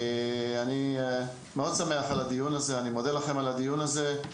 אני מאוד שמח על הדיון הזה ומודה לכם על הדיון הזה.